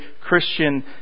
Christian